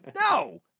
No